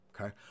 okay